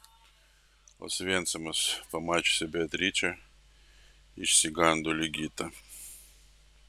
osvencimas pamačiusi beatričę išsigando ligita